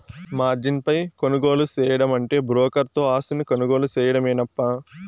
margin పై కొనుగోలు సేయడమంటే బ్రోకర్ తో ఆస్తిని కొనుగోలు సేయడమేనప్పా